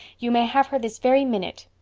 you may have her this very minute.